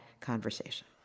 conversation